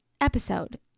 episode